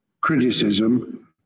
criticism